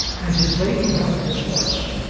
and his lady held his horse.